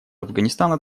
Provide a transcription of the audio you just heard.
афганистана